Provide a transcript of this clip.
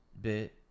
bit